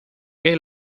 qué